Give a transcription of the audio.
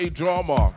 drama